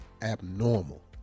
abnormal